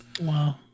Wow